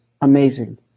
Amazing